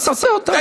תעשה אותם,